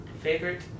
Favorite